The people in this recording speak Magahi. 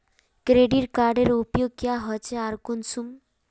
क्रेडिट कार्डेर उपयोग क्याँ होचे आर कुंसम?